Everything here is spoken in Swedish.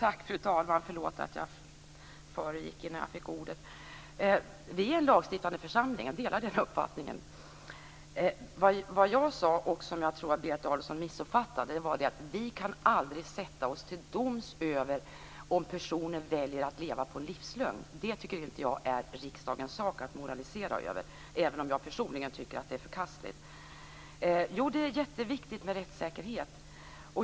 Fru talman! Jag delar uppfattningen att vi utgör en lagstiftande församling. Jag sade - och som jag tror att Berit Adolfsson missuppfattade - att vi aldrig kan sätta oss till doms över om personer väljer att leva med en livslögn. Det är inte riksdagens sak att moralisera över, även om jag personligen tycker att det är förkastligt. Jo, det är jätteviktigt med rättssäkerhet.